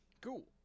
Cool